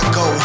go